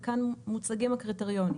וכאן מוצגים הקריטריונים.